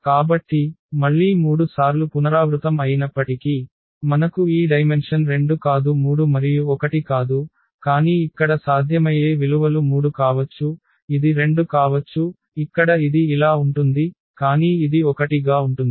కాబట్టి మళ్ళీ 3 సార్లు పునరావృతం అయినప్పటికీ మనకు ఈ డైమెన్షన్ 2 కాదు 3 మరియు 1 కాదు కానీ ఇక్కడ సాధ్యమయ్యే విలువలు 3 కావచ్చు ఇది 2 కావచ్చు ఇక్కడ ఇది ఇలా ఉంటుంది కానీ ఇది 1 గా ఉంటుంది